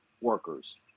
workers